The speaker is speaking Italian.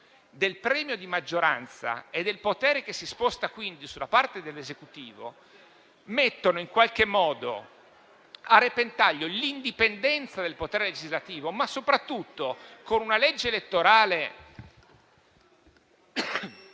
del premio di maggioranza e del potere che si sposta quindi sulla parte dell'Esecutivo mette a repentaglio l'indipendenza del potere legislativo, ma soprattutto con una legge elettorale...